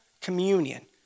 communion